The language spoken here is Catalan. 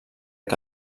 que